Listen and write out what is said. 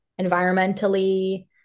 environmentally